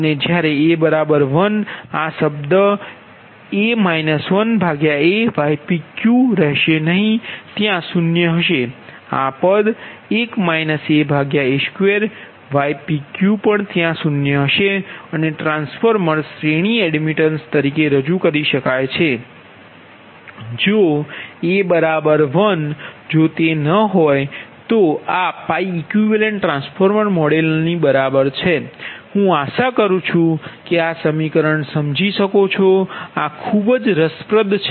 અને જ્યારે a 1 આ શબ્દ aypq રહેશે નહીં ત્યાં 0 હશે આ પદ a2ypq પણ ત્યાં 0 હશે અને ટ્રાન્સફોર્મર શ્રેણી એડમિટન્સ તરીકે રજૂ કરી શકાય છે જો a 1 જો તે ન હોય તો આ 𝜋 equivalent ટ્રાન્સફોર્મર મોડેલની બરાબર છે હું આશા કરું છું કે આ સમીકરણ સમજી શકો છો આ ખૂબ જ રસપ્રદ છે